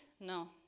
No